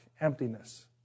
emptiness